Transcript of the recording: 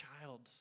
child